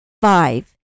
Five